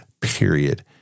period